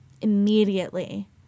immediately